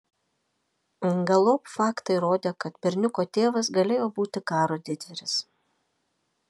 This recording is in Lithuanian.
galop faktai rodė kad berniuko tėvas galėjo būti karo didvyris